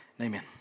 Amen